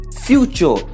future